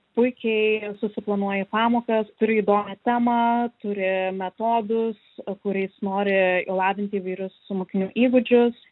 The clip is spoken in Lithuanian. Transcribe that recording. puikiai susiplanuoji pamokas turiu įdomią temą turi metodus kuriais nori lavinti įvairius mokinių įgūdžius